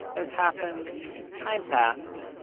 as happens, time passed.